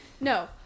No